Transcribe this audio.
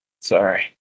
Sorry